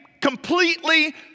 completely